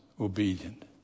obedient